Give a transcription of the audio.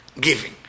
giving